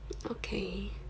okay